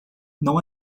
não